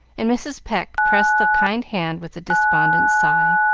and mrs. pecq pressed the kind hand with a despondent sigh.